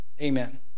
Amen